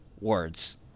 words